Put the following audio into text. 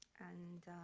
and,